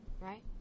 right